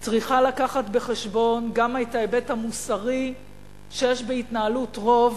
צריכה להביא בחשבון גם את ההיבט המוסרי שיש בהתנהלות רוב